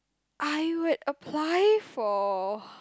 I would apply for